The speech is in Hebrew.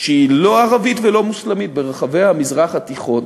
שהיא לא ערבית ולא מוסלמית ברחבי המזרח התיכון